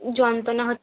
যন্ত্রণা হচ্ছে